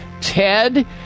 Ted